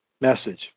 Message